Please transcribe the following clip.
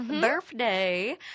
birthday